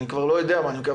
אני כבר לא יודע מה יהיה,